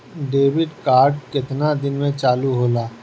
Debit card केतना दिन में चालु होला?